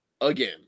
again